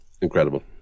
incredible